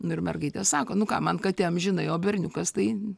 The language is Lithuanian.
nu ir mergaitė sako nu ką man katė amžinai o berniukas tai